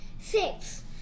Six